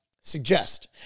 suggest